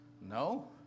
no